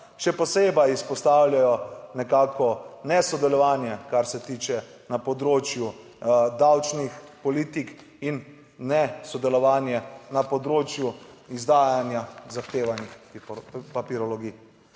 Še posebej izpostavljajo nekako nesodelovanje kar se tiče na področju davčnih politik in nesodelovanje na področju izdajanja zahtevanih papirologij.